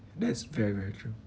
that's very very true